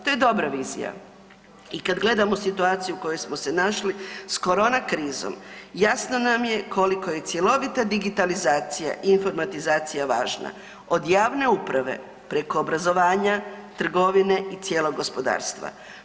To je dobra vizija i kada gledamo situaciju u kojoj smo se našli s korona krizom jasno nam je koliko je cjelovita digitalizacija i informatizacija važna od javne uprave preko obrazovanja, trgovine i cijelog gospodarstva.